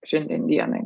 šiandien dienai